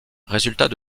résultats